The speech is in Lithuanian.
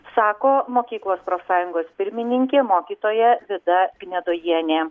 sako mokyklos profsąjungos pirmininkė mokytoja vida gnedojienė